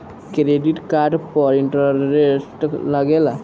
Credit card पर interest लागेला?